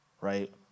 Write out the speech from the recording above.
right